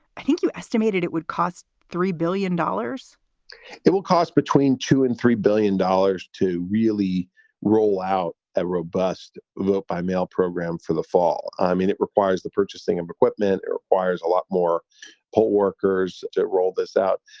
i think you estimated it would cost three billion dollars it will cost between two and three billion dollars to really roll out a robust vote by mail program for the fall. i mean, it requires the purchasing of equipment, and requires a lot more poll workers to roll this out.